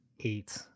Eight